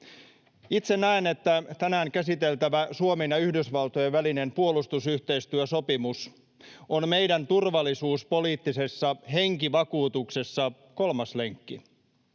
Itse näen, että tänään käsiteltävä Suomen ja Yhdysvaltojen välinen puolustusyhteistyösopimus on meidän turvallisuuspoliittisessa henkivakuutuksessa kolmas lenkki.